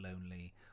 lonely